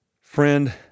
Friend